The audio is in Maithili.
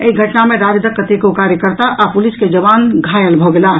एहि घटना मे राजदक कतेको कार्यकर्ता आ पुलिस के जवान घायल भऽ गेलाह